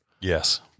Yes